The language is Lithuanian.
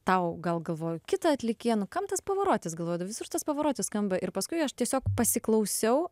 tau gal galvoju kitą atlikėją nu kam tas pavarotis galvoju visur tas pavarotis skamba ir paskui aš tiesiog pasiklausiau